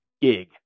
gig